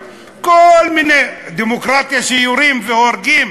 כל מיני, דמוקרטיה שיורים והורגים